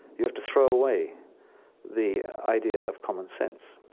you have to throw away the idea of common sense.